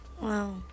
wow